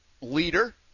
leader